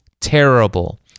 terrible